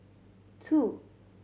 two